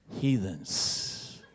Heathens